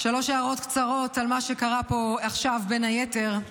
שלוש הערות קצרות על מה שקרה פה עכשיו בין היתר: